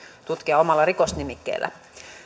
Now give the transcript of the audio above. tutkia omalla rikosnimikkeellä